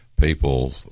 people